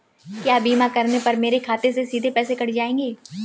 क्या बीमा करने पर मेरे खाते से सीधे पैसे कट जाएंगे?